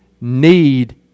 need